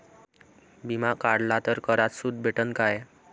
बिमा काढला तर करात सूट भेटन काय?